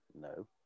No